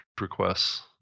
requests